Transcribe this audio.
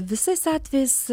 visais atvejais